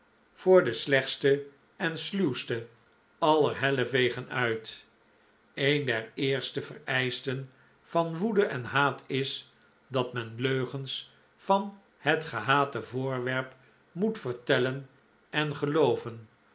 voor de slechtste en sluwste aller hellevegen uit een der eerste vereischten van woede en haat is dat men leugens van het gehate voorwerp moet vertellen en gelooven